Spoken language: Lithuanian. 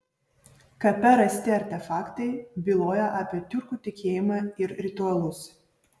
kape rasti artefaktai byloja apie tiurkų tikėjimą ir ritualus